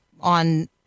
on